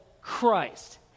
Christ